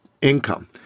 income